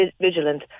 vigilant